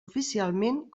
oficialment